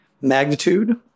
magnitude